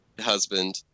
husband